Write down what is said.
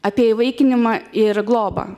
apie įvaikinimą ir globą